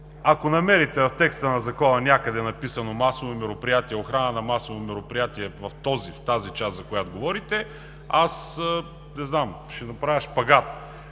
Ако намерите в текста на Закона някъде написано „масови мероприятия“, „охрана на масови мероприятия“ в тази част, за която говорите, аз – не знам, ще направя шпагат!